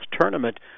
tournament